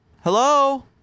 Hello